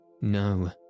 No